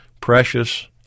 precious